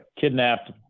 kidnapped